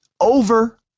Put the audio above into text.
over